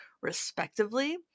respectively